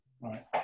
Right